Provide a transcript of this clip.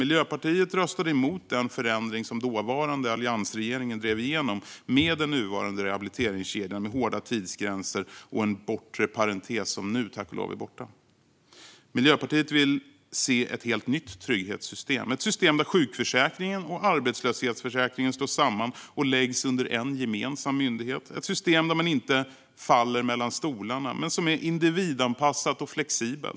Miljöpartiet röstade emot den förändring som den dåvarande alliansregeringen drev igenom med den nuvarande rehabiliteringskedjan, hårda tidsgränser och en bortre parantes, som nu tack och lov är borta. Miljöpartiet vill se ett helt nytt trygghetssystem. Det ska vara ett system där sjukförsäkringen och arbetslöshetsförsäkringen slås samman och läggs under en gemensam myndighet. Det ska vara ett system där man inte faller mellan stolarna utan som är individanpassat och flexibelt.